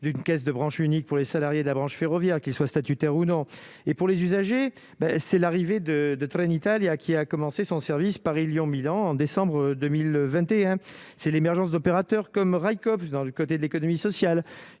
d'une caisse de branches unique pour les salariés de la branche ferroviaire qui soit statutaires ou non, et pour les usagers, ben c'est l'arrivée de de Trenitalia qui a commencé son service Paris-Lyon Milan en décembre 2021 c'est l'émergence d'opérateurs comme dans du côté de l'économie sociale